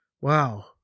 Wow